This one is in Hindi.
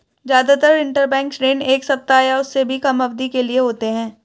जादातर इन्टरबैंक ऋण एक सप्ताह या उससे भी कम अवधि के लिए होते हैं